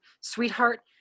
Sweetheart